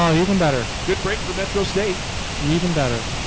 um even better. good break for metro state even better